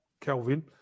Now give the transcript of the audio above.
Kelvin